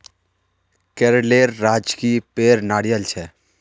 केरलेर राजकीय पेड़ नारियल छे